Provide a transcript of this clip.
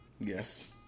Yes